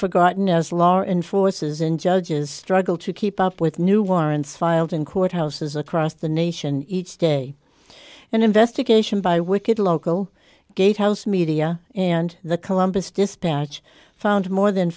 forgotten as law enforcers and judges struggle to keep up with new warrants filed in court houses across the nation each day an investigation by wicked local gatehouse media and the columbus dispatch found more than